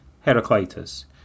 Heraclitus